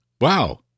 Wow